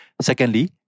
Secondly